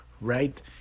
right